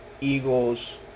Eagles